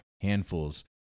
handfuls